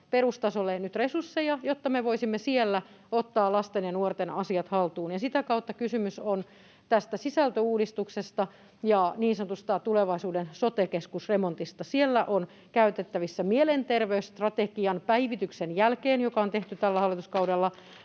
perustasolle resursseja, jotta me voisimme siellä ottaa lasten ja nuorten asiat haltuun, ja sitä kautta kysymys on tästä sisältöuudistuksesta ja niin sanotusta tulevaisuuden sote-keskus-remontista. Siellä on käytettävissä mielenterveysstrategian päivityksen jälkeen, joka on tehty tällä hallituskaudella,